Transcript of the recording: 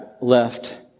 left